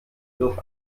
durch